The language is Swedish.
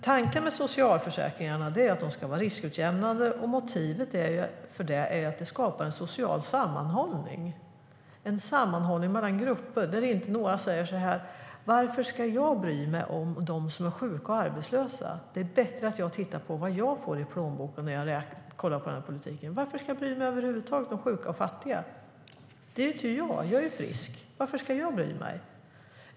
Tanken med socialförsäkringarna är att de ska vara riskutjämnande, och motivet för det är att det skapar en social sammanhållning - en sammanhållning mellan grupper, där ingen säger så här: Varför ska jag bry mig om dem som är sjuka och arbetslösa? Det är bättre att jag tittar på vad jag får i plånboken när jag kollar på politiken. Varför ska jag över huvud taget bry mig om sjuka och fattiga? Jag är ju frisk - varför ska jag bry mig?